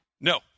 No